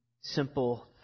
simple